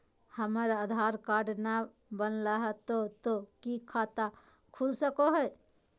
हमर आधार कार्ड न बनलै तो तो की खाता खुल सको है?